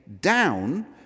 down